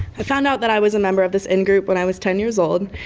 i found out that i was a member of this in-group when i was ten years old.